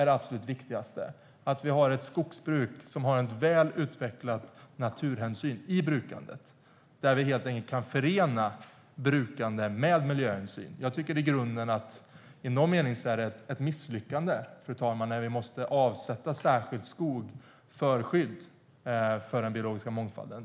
Det absolut viktigaste är att vi har ett skogsbruk som har en väl utvecklad naturhänsyn i brukandet och kan förena brukande med miljöhänsyn. I grunden är det i någon mening ett misslyckande när vi måste avsätta särskild skog för skydd av den biologiska mångfalden.